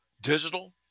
digital